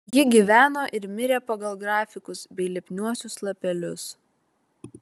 ji gyveno ir mirė pagal grafikus bei lipniuosius lapelius